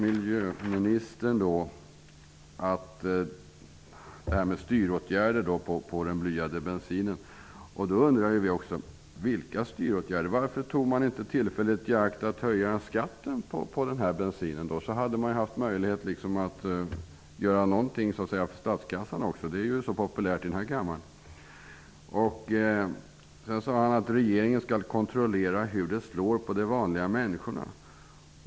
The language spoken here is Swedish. Miljöministern talade om styråtgärder vad gäller blyad bensin. Vi undrar vad det är för styråtgärder. Varför tog man inte tillfället i akt att höja skatten på bensinen? Då hade man haft möjlighet att göra något för statskassan. Det är ju så populärt i denna kammare. Han sade också att regeringen skall kontrollera hur reglerna slår för de vanliga människorna.